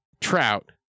Trout